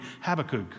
Habakkuk